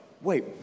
wait